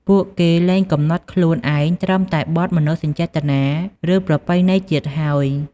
ពួកគេលែងកំណត់ខ្លួនឯងត្រឹមតែបទមនោសញ្ចេតនា ឬប្រពៃណីទៀតហើយ។